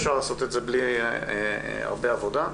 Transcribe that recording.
אפשר לעשות את זה בלי הרבה עבודה.